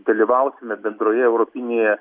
dalyvausime bendroje europinėje